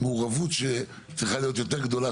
מעורבות של המינהלת שצריכה להיות גדולה